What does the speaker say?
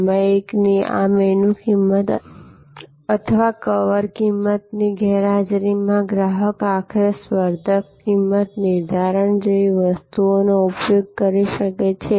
સામયિકની આ મેનૂ કિંમત અથવા કવર કિંમતની ગેરહાજરીમાં ગ્રાહક આખરે સ્પર્ધક કિંમત નિર્ધારણ જેવી વસ્તુનો ઉપયોગ કરી શકે છે